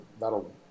that'll